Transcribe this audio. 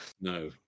No